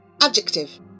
Adjective